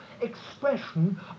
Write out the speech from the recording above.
expression